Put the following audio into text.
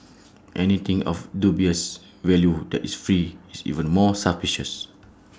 anything of dubious value that is free is even more suspicious